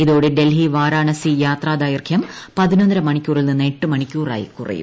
ഇതോടെ ഡൽഹി വാരാണാസി യാത്ര ്ദൈർഘ്യം പതിനൊന്നര മണിക്കൂ റിൽ നിന്ന് എട്ടു മണിക്കൂറായി കുറയും